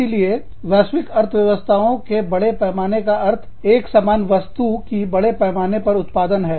इसीलिए वैश्विक अर्थव्यवस्थाओं के बड़े पैमाने का अर्थ एक समान वस्तु की बड़े पैमाने पर उत्पादन है